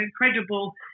incredible